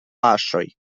paŝoj